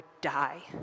die